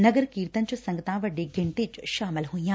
ਨਗਰ ਕੀਰਤਨ ਚ ਸੰਗਤਾਂ ਵੱਡੀ ਗਿਣਤੀ ਚ ਸ਼ਾਮਲ ਹੋਈਆਂ